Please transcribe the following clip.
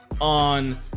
on